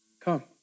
come